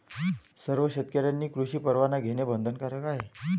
सर्व शेतकऱ्यांनी कृषी परवाना घेणे बंधनकारक आहे